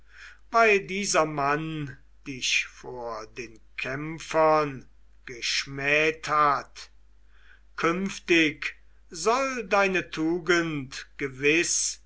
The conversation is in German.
weil dieser mann dich vor den kämpfern geschmäht hat künftig soll deine tugend gewiß